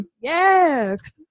Yes